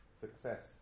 success